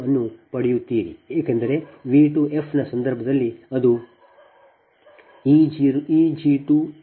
u ಅನ್ನು ಪಡೆಯುತ್ತೀರಿ ಏಕೆಂದರೆ V 2f ನ ಸಂದರ್ಭದಲ್ಲಿ ಅದು Eg20 V2f j0